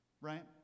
right